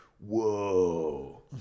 Whoa